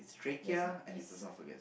that's why easo~